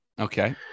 Okay